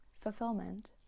Fulfillment